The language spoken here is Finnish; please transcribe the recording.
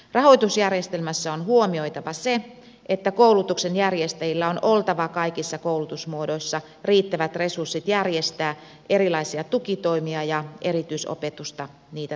rahoitusjärjestelmässä on huomioitava se että koulutuksen järjestäjillä on oltava kaikissa koulutusmuodoissa riittävät resurssit järjestää erilaisia tukitoimia ja erityisopetusta niitä tarvitseville